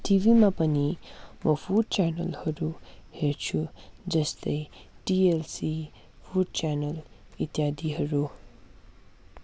टिभीमा पनि म फुड च्यानलहरू हेर्छु जस्तै टिएलसी फुड च्यानल इत्यादिहरू